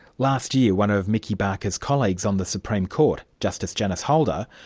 last year one of mickey barker's colleagues on the supreme court, justice janice holder,